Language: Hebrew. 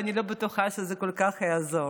ואני לא בטוחה כל כך שזה יעזור.